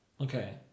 okay